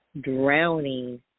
drowning